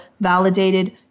validated